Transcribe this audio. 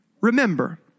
Remember